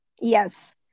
yes